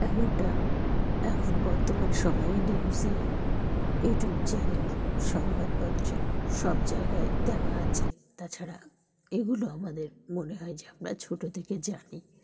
এমনটা এখন বর্তমান সময়ে নিউজে ইউটিউব চ্যানেল সংবাদপত্রে সব জায়গায় দেওয়া আছে তাছাড়া এগুলো আমাদের মনে হয় যে আমরা ছোটো থেকে জানি